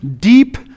deep